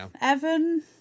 Evan